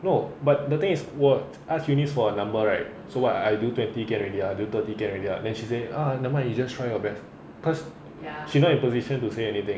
no but the thing is 我 ask eunice for a number right so what I do twenty can already ah do thirty can already ah then she say ah never mind you just try your best cause she not you position to say anything